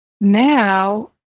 now